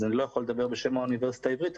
אני לא יכול לדבר בשם האוניברסיטה העברית,